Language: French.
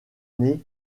nez